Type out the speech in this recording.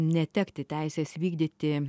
netekti teisės vykdyti